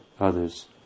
others